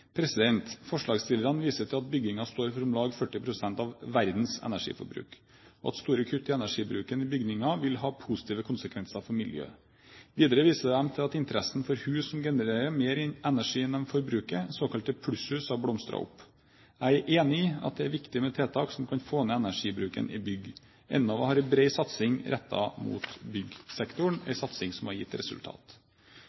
Forslagsstillerne viser til at bygninger står for om lag 40 pst. av verdens energiforbruk, og at store kutt i energibruken i bygninger vil ha positive konsekvenser for miljøet. Videre viser de til at interessen for hus som genererer mer energi enn de forbruker, såkalte plusshus, har blomstret opp. Jeg er enig i at det er viktig med tiltak som kan få ned energibruken i bygg. Enova har en bred satsing rettet mot